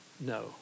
No